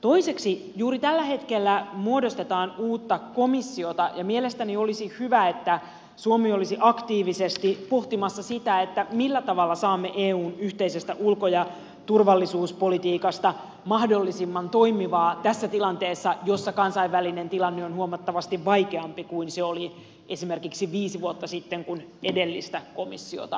toiseksi juuri tällä hetkellä muodostetaan uutta komissiota ja mielestäni olisi hyvä että suomi olisi aktiivisesti pohtimassa sitä millä tavalla saamme eun yhteisestä ulko ja turvallisuuspolitiikasta mahdollisimman toimivan tässä tilanteessa jossa kansainvälinen tilanne on huomattavasti vaikeampi kuin se oli esimerkiksi viisi vuotta sitten kun edellistä komissiota muodostettiin